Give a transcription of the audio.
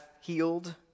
healed